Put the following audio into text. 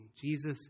Jesus